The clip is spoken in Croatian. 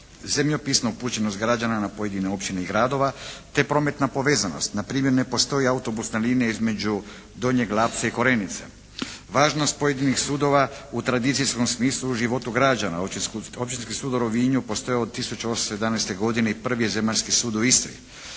zemljopisna upućenost građana na pojedine općine i gradova, te prometna povezanost. Npr. ne postoji autobusna linija između Donjeg Lapca i Korenice. Važnost pojedinih sudova u tradicijskom smislu i životu građana. Općinski sud u Rovinju postoji od 1811. godine i Prvi je zemaljski sud u Istri.